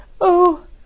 Oh